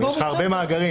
יש לך הרבה מאגרים.